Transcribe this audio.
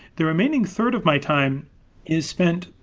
the remaining third of my time is spent,